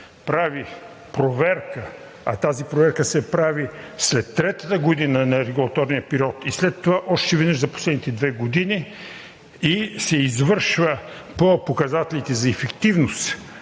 прави проверка, а тази проверка се прави след третата година на регулаторния период и след това още веднъж за последните две години – и се извършва по показателите за ефективност,